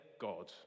God